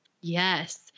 Yes